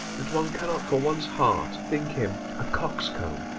that one cannot for one's heart think him a coxcomb